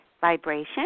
vibration